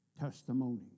testimony